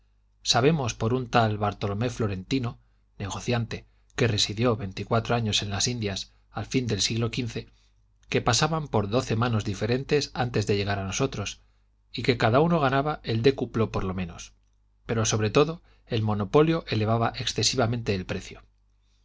sabemos por un tal bartolomé florentino negociante que residió veinticuatro años en las indias al fín del siglo xv que pasaban por doce manos diferentes antes de llegar a nosotros y que cada uno ganaba el décuplo por lo menos pero sobre todo el monopolio elevaba excesivamente el precio